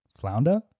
Flounder